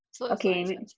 Okay